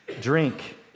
drink